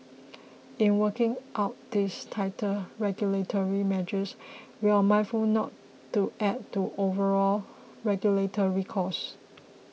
in working out these tighter regulatory measures we're mindful not to add to overall regulatory costs